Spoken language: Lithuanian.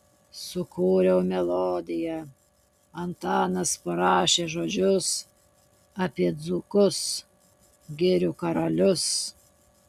sukūriau melodiją antanas parašė žodžius apie dzūkus girių karalius